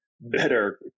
better